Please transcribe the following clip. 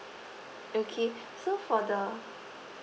okay so for the